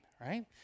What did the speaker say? right